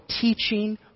teaching